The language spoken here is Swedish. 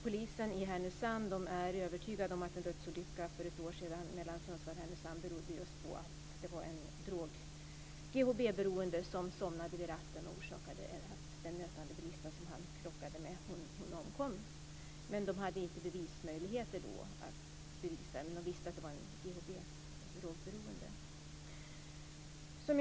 Polisen i Härnösand är övertygad om att en dödsolycka för ett år sedan på vägen mellan Sundsvall och Härnösand berodde just på att en GHB-beroende somnade vid ratten. Den mötande bilist som han krockade med omkom. Polisen hade inte möjlighet att bevisa det, men man visste att det var en GHB-beroende.